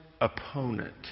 opponent